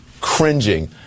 cringing